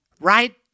right